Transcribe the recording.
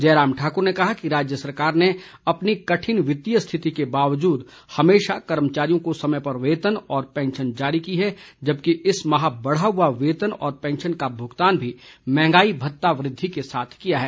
जयराम ठाकुर ने कहा कि राज्य सरकार ने अपनी कठिन वित्तीय स्थिति के बावजूद हमेशा कर्मचारियों को समय पर वेतन और पेंशन जारी की है जबकि इस माह बढ़ा हुआ वेतन और पेंशन का भुगतान भी महंगाई भत्ता वृद्धि के साथ किया है